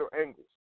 angles